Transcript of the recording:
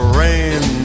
rain